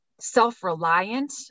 self-reliant